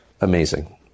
Amazing